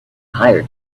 hire